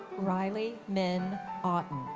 riley min ah